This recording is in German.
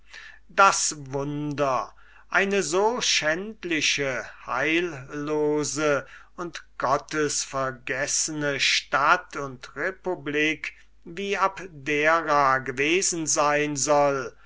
das wunder eine so schändliche heillose und gottesvergessene stadt und republik wie abdera gewesen sein soll